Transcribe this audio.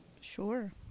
Sure